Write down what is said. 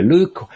Luke